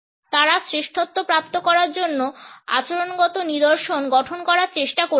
তারা শ্রেষ্ঠত্ব প্রাপ্ত করার জন্য আচরণগত নিদর্শন গঠন করার চেষ্টা করছিল